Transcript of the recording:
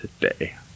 today